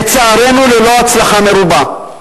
לצערנו, ללא הצלחה מרובה.